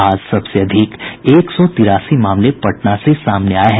आज सबसे अधिक एक सौ तिरासी मामले पटना से सामने आये हैं